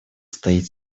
стоит